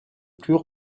plus